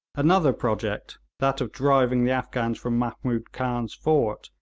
another project, that of driving the afghans from mahmood khan's fort,